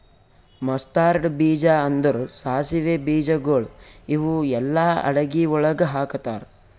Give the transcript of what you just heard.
mustard ಬೀಜ ಅಂದುರ್ ಸಾಸಿವೆ ಬೀಜಗೊಳ್ ಇವು ಎಲ್ಲಾ ಅಡಗಿ ಒಳಗ್ ಹಾಕತಾರ್